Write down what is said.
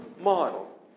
model